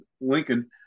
Lincoln